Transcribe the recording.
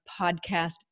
Podcast